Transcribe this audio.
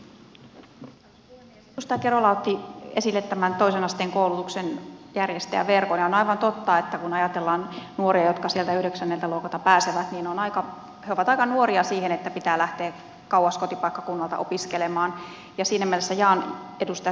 edustaja kerola otti esille tämän toisen asteen koulutuksen järjestäjäverkon ja on aivan totta että kun ajatellaan nuoria jotka sieltä yhdeksänneltä luokalta pääsevät niin he ovat aika nuoria siihen että pitää lähteä kauas kotipaikkakunnalta opiskelemaan ja siinä mielessä jaan edustaja kerolan huolen